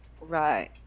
Right